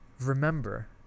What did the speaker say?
remember